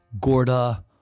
Gorda